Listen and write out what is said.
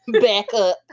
Backup